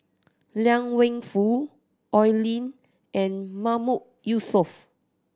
Liang Wenfu Oi Lin and Mahmood Yusof